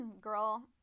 girl